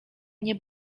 mnie